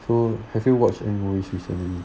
so have you watched any movies recently